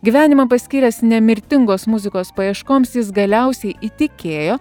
gyvenimą paskyręs nemirtingos muzikos paieškoms jis galiausiai įtikėjo